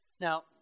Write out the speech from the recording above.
Now